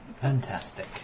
Fantastic